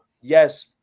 yes